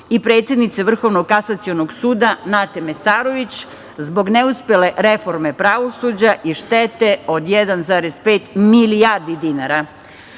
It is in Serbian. i predsednice Vrhovnog kasacionog suda Nate Mesarović zbog neuspele reforme pravosuđa i štete od 1,5 milijardi dinara. Osim